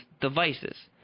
devices